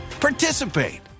Participate